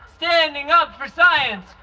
standing up for science!